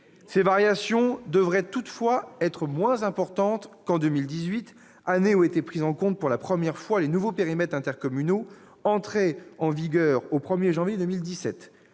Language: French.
Ces variations devraient toutefois être moins importantes qu'en 2018, année où ont été pris en compte pour la première fois les nouveaux périmètres intercommunaux entrés en vigueur au 1 janvier 2017.